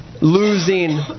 losing